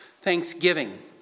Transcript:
Thanksgiving